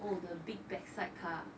oh the big backside car